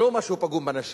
ולא משהו פגום בנשים,